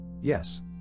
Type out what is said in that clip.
Yes